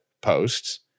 posts